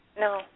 No